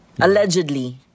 Allegedly